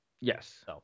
Yes